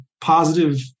positive